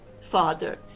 father